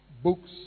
Books